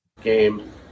game